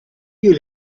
you